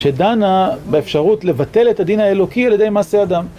שדנה באפשרות לבטל את הדין האלוקי על ידי מעשה אדם.